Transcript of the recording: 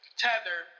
tether